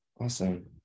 Awesome